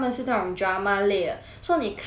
so 你看 liao 你会觉得很好笑